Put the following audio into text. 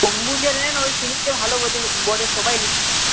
অম্বুজা নেন ওই সিমেন্টটা ভালো বলে বলে সবাই নিচ্ছে